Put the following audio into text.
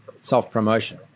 self-promotion